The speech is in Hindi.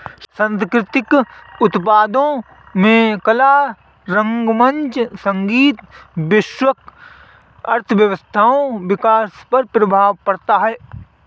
सांस्कृतिक उत्पादों में कला रंगमंच संगीत वैश्विक अर्थव्यवस्थाओं विकास पर प्रभाव पड़ता है